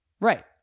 Right